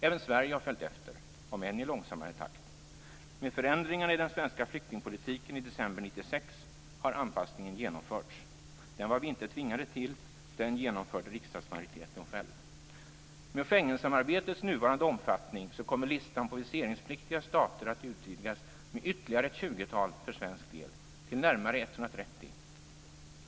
Även Sverige har följt efter, om än i långsammare takt. Med förändringarna i den svenska flyktingpolitiken i december 1996 har anpassningen genomförts. Den var vi i Sverige inte tvingade till - den genomförde riksdagsmajoriteten själv. Med Schengensamarbetets nuvarande omfattning kommer listan på viseringspliktiga stater att utvidgas med ytterligare ett tjugotal för svensk del - till närmare 130.